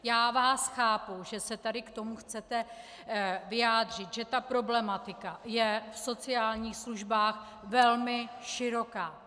Já vás chápu, že se tady k tomu chcete vyjádřit, že ta problematika je v sociálních službách velmi široká.